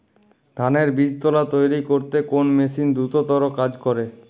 ধানের বীজতলা তৈরি করতে কোন মেশিন দ্রুততর কাজ করে?